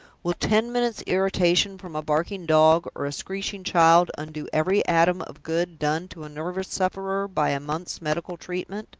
will ten minutes' irritation from a barking dog or a screeching child undo every atom of good done to a nervous sufferer by a month's medical treatment?